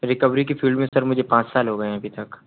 recovery की field में मुझे अभी पाँच साल हो गए हैं अभी तक